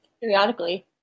periodically